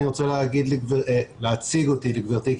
אני רוצה להציג את עצמי לגברתי,